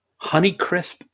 Honeycrisp